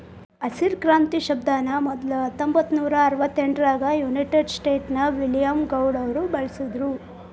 ಹಸಿರು ಕ್ರಾಂತಿ ಶಬ್ದಾನ ಮೊದ್ಲ ಹತ್ತೊಂಭತ್ತನೂರಾ ಅರವತ್ತೆಂಟರಾಗ ಯುನೈಟೆಡ್ ಸ್ಟೇಟ್ಸ್ ನ ವಿಲಿಯಂ ಗೌಡ್ ಅವರು ಬಳಸಿದ್ರು